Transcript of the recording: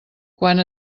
quant